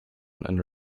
and